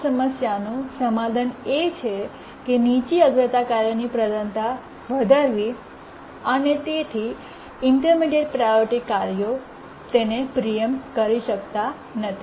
આ સમસ્યાનું સમાધાન એ છે કે નીચી અગ્રતા કાર્યની પ્રાધાન્યતા વધારવી અને તેથી ઇન્ટર્મીડિએટ્ પ્રાયોરિટી કાર્યો પ્રીએમ્પ્ટ કરી શકતું નથી